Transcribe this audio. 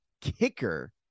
kicker